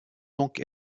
donc